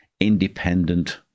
independent